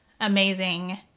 amazing